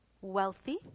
wealthy